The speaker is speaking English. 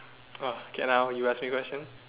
okay now you ask me questions